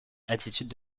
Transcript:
attitude